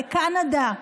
לקנדה,